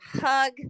hug